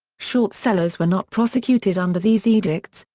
short sellers were not prosecuted under these edicts,